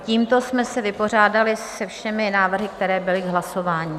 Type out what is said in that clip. Tímto jsme se vypořádali se všemi návrhy, které byly k hlasování.